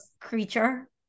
creature